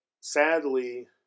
sadly